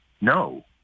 no